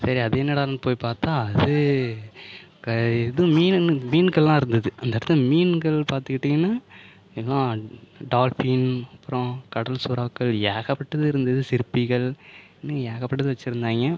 சரி அது என்னடான்னு போய் பார்த்தா அது இது மீனுன்னு மீன்கள்லாம் இருந்தது அந்த இடத்து மீன்கள் பார்த்துக்கிட்டிங்கனா இதான் டால்ஃபின் அப்புறம் கடல் சுறாக்கள் ஏகப்பட்டது இருந்தது சிப்பிகள்ன்னு ஏகப்பட்டது வச்சிருந்தாங்க